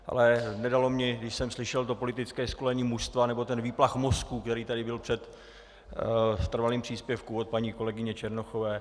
Ale nedalo mi, když jsem slyšel to politické školení mužstva nebo ten výplach mozků, který tady byl v trvalém příspěvku od paní kolegyně Černochové.